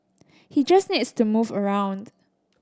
he just needs to move around